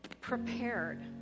prepared